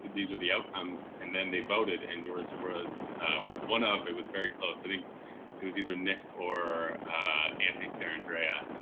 these are the outcomes, and then they voted and yours was one of. it was very close. i think it was either nick or anthony sarandrea.